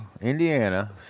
Indiana